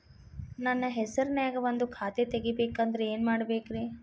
ನನ್ನ ಹೆಸರನ್ಯಾಗ ಒಂದು ಖಾತೆ ತೆಗಿಬೇಕ ಅಂದ್ರ ಏನ್ ಮಾಡಬೇಕ್ರಿ?